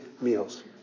meals